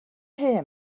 hear